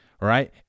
Right